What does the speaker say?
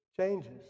changes